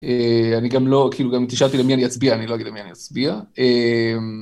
אני גם לא כאילו גם תשאל אותי למי אני אצביע אני לא אגיד למי אני אצביע.